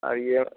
আর ইয়ে